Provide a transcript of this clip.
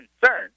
concern